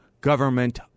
government